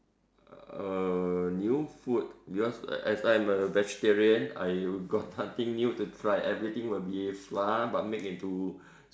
err new food because as I'm a vegetarian I got nothing new to try everything would be flour but make into